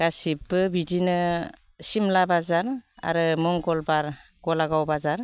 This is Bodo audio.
गासिबो बिदिनो सिमला बाजार आरो मंगलबार गलागाव बाजार